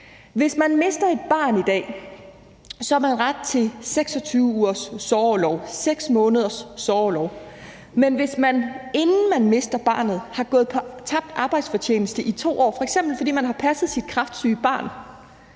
i dag mister et barn, har man ret til 26 ugers sorgorlov, 6 måneders sorgorlov, men hvis man, inden man mister barnet, har haft for tabt arbejdsfortjeneste i 2 år, f.eks. fordi man har gået hjemme for